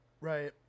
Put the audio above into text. Right